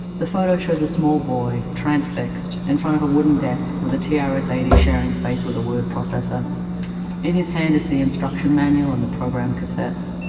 the photo shows a small boy, transfixed, in front of a wooden desk with the t r s eight zero sharing space with word processor in his hand is the instruction manual and the program cassettes.